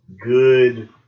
good